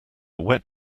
wet